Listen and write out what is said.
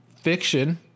fiction